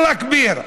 אללה כביר.